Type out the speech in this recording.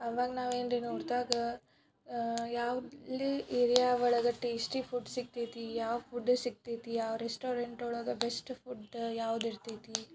ಆವಾಗ ನಾವು ಏನು ರಿ ನೋಡಿದಾಗ ಯಾವ ಲಿ ಏರಿಯ ಒಳಗೆ ಟೇಸ್ಟಿ ಫುಡ್ ಸಿಗ್ತೈತಿ ಯಾವ ಫುಡ್ ಸಿಗ್ತೈತಿ ಯಾವ ರೆಸ್ಟೋರೆಂಟ್ ಒಳಗೆ ಬೆಸ್ಟ್ ಫುಡ್ ಯಾವ್ದು ಇರ್ತೈತಿ